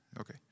okay